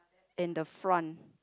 and the front